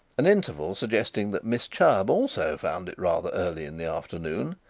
an interval suggesting that miss chubb also found it rather early in the afternoon,